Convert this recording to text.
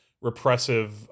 repressive